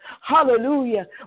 Hallelujah